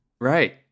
Right